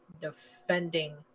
defending